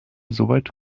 soweit